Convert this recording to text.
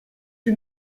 que